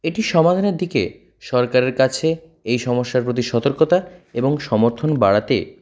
এটির সমাধানের দিকে সরকারের কাছে এই সমস্যার প্রতি সতর্কতা এবং সমর্থন বাড়াতে